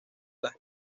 las